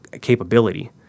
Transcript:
capability